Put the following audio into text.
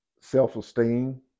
self-esteem